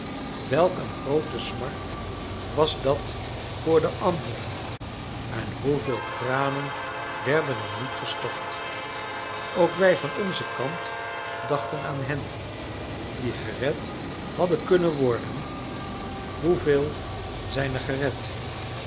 welk een groote smart was dat voor de anderen en hoeveel tranen werden er niet gestort ook wij van onzen kant dachten aan hen die gered hadden kunnen worden hoeveel zijn er gered